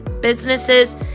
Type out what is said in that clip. businesses